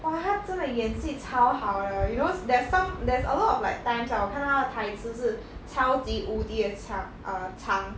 哇他真的演技超好的 you know s~ there's some there's a lot of like times lah 我看到他的台词是超级无敌的强 err 长